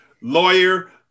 Lawyer